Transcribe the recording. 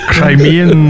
Crimean